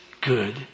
good